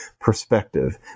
perspective